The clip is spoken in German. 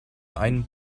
einen